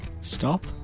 Stop